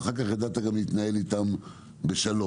ואחר כך ידעת להתנהל איתם בשלום.